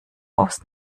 aus